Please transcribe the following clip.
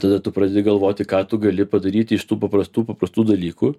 tada tu pradedi galvoti ką tu gali padaryti iš tų paprastų paprastų dalykų